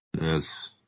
Yes